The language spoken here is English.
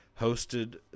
hosted